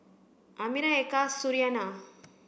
Amirah Eka Suriani